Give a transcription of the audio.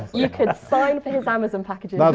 you could sign for his amazon packages. but